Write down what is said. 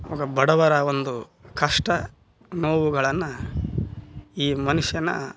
ಬಡವರ ಒಂದು ಕಷ್ಟ ನೋವುಗಳನ್ನು ಈ ಮನುಷ್ಯನ